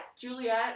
juliet